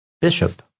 Bishop